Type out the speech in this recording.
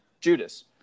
Judas